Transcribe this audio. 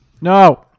No